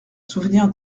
souvenir